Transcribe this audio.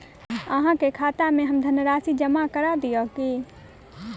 अहाँ के खाता में हम धनराशि जमा करा दिअ की?